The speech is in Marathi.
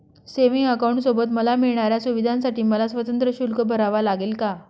सेविंग्स अकाउंटसोबत मला मिळणाऱ्या सुविधांसाठी मला स्वतंत्र शुल्क भरावे लागेल का?